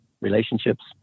relationships